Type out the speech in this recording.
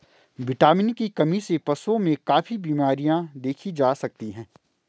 vitamin की कमी से पशुओं में काफी बिमरियाँ देखी जा सकती हैं